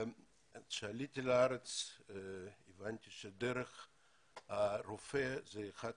כשעליתי לארץ הבנתי שרפואה היא אחת